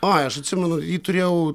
oi aš atsimenu jį turėjau